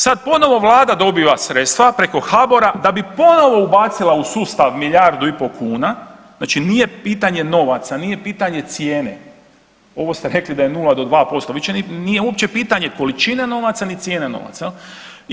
Sad ponovo vlada dobiva sredstva preko HBOR-a da bi ponovo ubacila u sustav milijardu i po kuna, znači nije pitanje novaca, nije pitanje cijene, ovo ste rekli da je 0 do 2%, više nije uopće pitanje količine novaca, ni cijene novaca, jel.